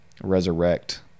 resurrect